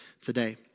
today